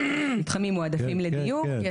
מתחמים מועדפים לדיור.